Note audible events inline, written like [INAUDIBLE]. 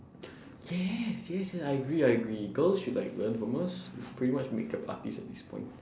[BREATH] yes yes yes I agree I agree girls should like learn from us we're pretty much makeup artists at this point